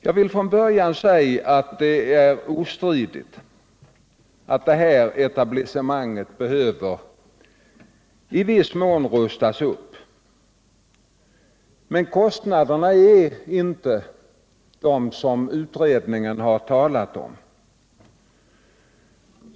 Jag vill från början säga att det är ostridigt att detta etablissemang i viss mån behöver rustas upp. Men kostnaderna är inte de som utredningen har talat om.